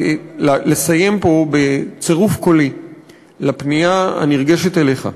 לסיים פה בצירוף קולי לפנייה הנרגשת אליך: